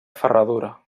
ferradura